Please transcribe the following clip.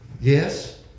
yes